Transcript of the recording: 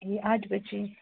ए आठ बजी